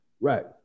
Right